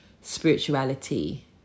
spirituality